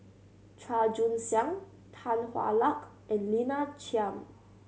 Chua Joon Siang Tan Hwa Luck and Lina Chiam